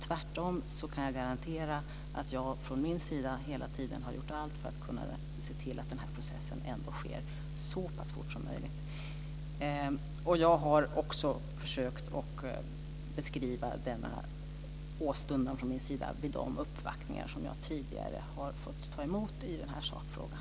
Tvärtom kan jag garantera att jag hela tiden har gjort allt för att se till att processen sker så fort som möjligt. Jag har också försökt beskriva denna åstundan från min sida vid de uppvaktningar som jag tidigare har fått ta emot i sakfrågan.